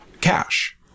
Cash